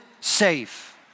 safe